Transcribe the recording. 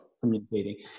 communicating